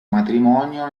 matrimonio